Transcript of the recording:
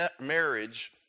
marriage